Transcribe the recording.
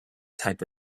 type